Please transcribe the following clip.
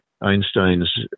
Einstein's